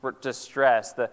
distress